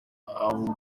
abo